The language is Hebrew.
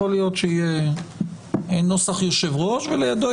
יכול להיות שיהיה נוסח יושב-ראש ולידו